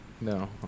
no